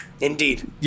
Indeed